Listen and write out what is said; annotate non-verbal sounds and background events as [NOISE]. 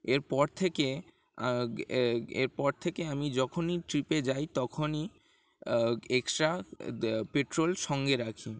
এরপর থেকে এরপর থেকে আমি যখনই ট্রিপে যাই তখনই এক্সট্রা [UNINTELLIGIBLE] পেট্রোল সঙ্গে রাখি